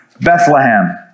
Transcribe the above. Bethlehem